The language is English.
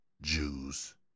Jews